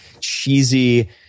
cheesy